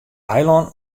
eilân